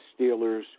Steelers